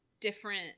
different